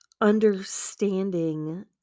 understanding